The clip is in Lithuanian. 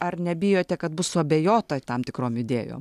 ar nebijote kad bus suabejota tam tikrom idėjom